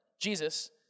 Jesus